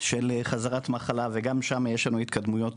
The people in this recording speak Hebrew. של חזרת מחלה וגם שם יש לנו התקדמויות